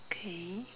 K